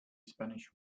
spanish